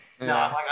no